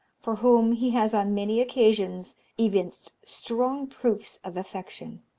for whom he has on many occasions evinced strong proofs of affection.